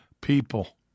people